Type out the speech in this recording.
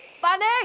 funny